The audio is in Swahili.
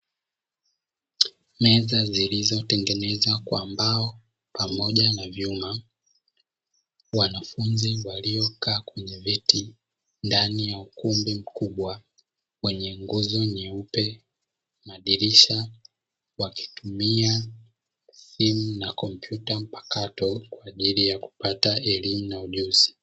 Meza zilizotengenezwa kwa mbao pamoja na vyuma wanafunzi waliokaa kwenye viti ndani ya ukumbi mkubwa kwenye nguzo nyeupe madirisha, wakitumia simu na kompyuta mpakato kwa ajili ya kupata elimu na ujuzi.